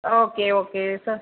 okay okay ச